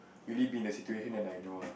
really be in the situation then I know lah